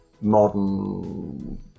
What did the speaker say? modern